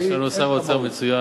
יש לנו שר אוצר מצוין,